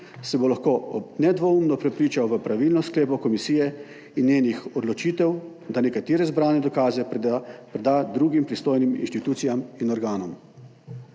se bo lahko nedvoumno prepričal v pravilnost sklepov komisije in njenih odločitev, da nekatere zbrane dokaze preda drugim pristojnim institucijam in organom.